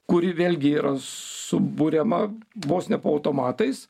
kuri vėlgi yra suburiama vos ne po automatais